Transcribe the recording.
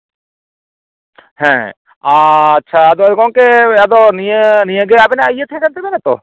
ᱦᱮᱸ ᱟᱪᱪᱷᱟ ᱟᱫᱚ ᱜᱚᱢᱠᱮ ᱟᱫᱚ ᱱᱤᱭᱟᱹ ᱱᱤᱭᱟᱹ ᱜᱮ ᱟᱵᱮᱱᱟᱜ ᱤᱭᱟᱹ ᱛᱟᱦᱮᱸ ᱠᱟᱱᱟ ᱛᱚ